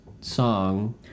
song